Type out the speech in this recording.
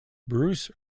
bruce